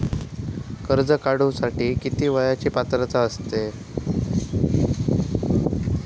कर्ज काढूसाठी किती वयाची पात्रता असता?